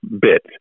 bit